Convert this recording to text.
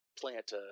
plant